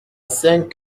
cinq